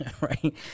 right